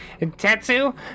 Tetsu